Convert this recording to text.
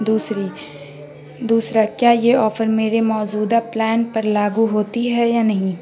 دوسری دوسرا کیا یہ آفر میرے موجودہ پلان پر لاگو ہوتی ہے یا نہیں